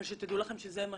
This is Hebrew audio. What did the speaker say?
אבל שתדעו לכם מבחינתי,